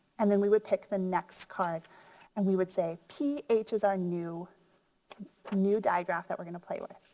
and then we would pick the next card and we would say p h is our new new diagraph that we're gonna play with.